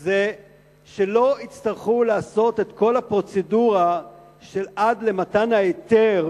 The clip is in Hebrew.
הוא שלא יצטרכו לעשות את כל הפרוצדורה עד למתן ההיתר.